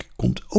komt